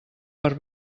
per